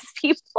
people